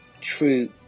true